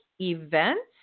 events